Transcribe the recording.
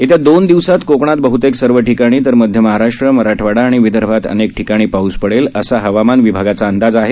येत्या दोन दिवसांत कोकणात बहतेक सर्व ठिकाणी तर मध्य महाराष्ट्र मराठवाडा आणि विदर्भात अनेक ठिकाणी पाऊस पडेल असा हवामान विभागाचा अंदाज आहे